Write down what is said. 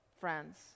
friends